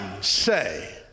say